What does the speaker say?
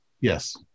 yes